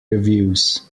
reviews